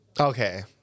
Okay